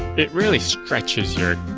it really stretches your